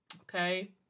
Okay